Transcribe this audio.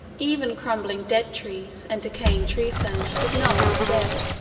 even crumbling dead trees, and decaying tree-ferns, did not look dead,